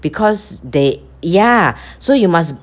because they ya so you must